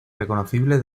reconocible